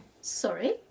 Sorry